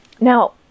Now